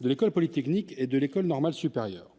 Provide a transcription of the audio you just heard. de l'École polytechnique et de l'École normale supérieure,